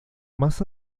más